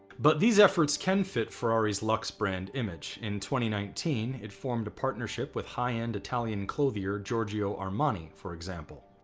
but these efforts can fit ferrari's lux brand image in twenty nineteen. it formed a partnership with high end italian clothier giorgio armani. for example.